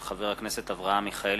מאת חברי הכנסת אברהם מיכאלי,